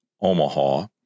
Omaha